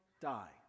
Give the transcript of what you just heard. die